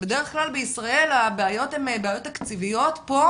בדרך כלל בישראל הבעיות הן בעיות תקציביות, פה